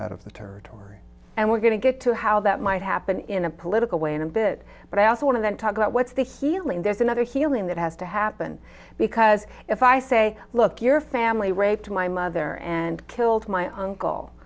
out of the territory and we're going to get to how that might happen in a political way in a bit but i also want to talk about what's the healing there's another healing that has to happen because if i say look your family raped my mother and killed my uncle